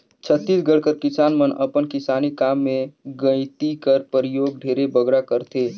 छत्तीसगढ़ कर किसान मन अपन किसानी काम मे गइती कर परियोग ढेरे बगरा करथे